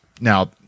Now